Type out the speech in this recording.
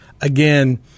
again